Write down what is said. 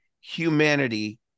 humanity